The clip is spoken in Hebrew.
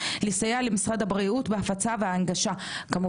לסייע למשרד הבריאות בהפצת כמובן,